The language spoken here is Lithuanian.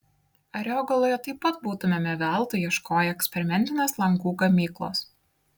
ariogaloje taip pat būtumėme veltui ieškoję eksperimentinės langų gamyklos